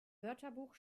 wörterbuch